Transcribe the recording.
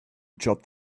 dropped